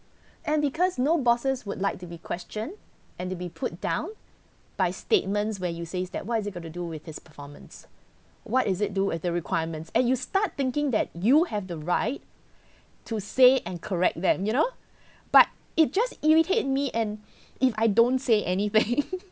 and because no bosses would like to be question and to be put down by statements when you says that what is it got to do with his performance what is it do at the requirements and you start thinking that you have the right to say and correct them you know but it just irritate me and if I don't say anything